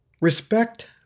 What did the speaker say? Respect